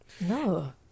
No